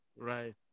Right